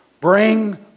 Bring